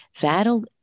That'll